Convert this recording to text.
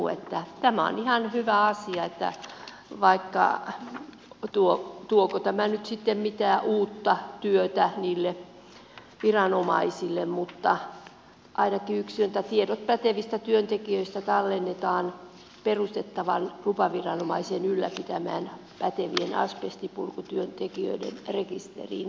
niin että tämä on ihan hyvä asia vaikka tuoko tämä nyt sitten mitään uutta työtä niille viranomaisille mutta ainakin yksi on että tiedot pätevistä työntekijöistä tallennetaan perustettavaan lupaviranomaisen ylläpitämään pätevien asbestipurkutyöntekijöiden rekisteriin